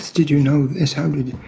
did you know this?